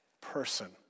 Person